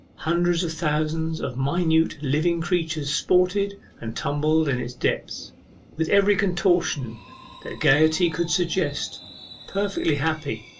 hundreds of thousands of minute living creatures sported and tumbled in its depth with every contortion that gaiety could suggest perfectly happy,